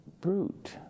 brute